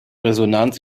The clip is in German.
resonanz